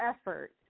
effort